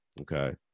Okay